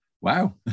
Wow